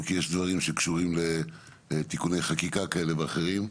כי יש דברים שקשורים לתיקוני חקיקה כאלה ואחרים,